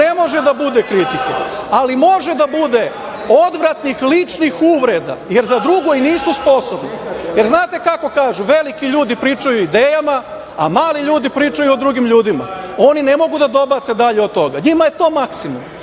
ne može da bude kritike, ali može da bude odvratnih, ličnih uvreda, jer za drugo i nisu sposobni. Jer, znate kako kažu - veliki ljudi pričaju o idejama a mali ljudi pričaju o drugim ljudima. Oni ne mogu da dobace dalje od toga. Njima je to maksimum,